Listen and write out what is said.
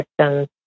systems